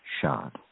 shot